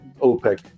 OPEC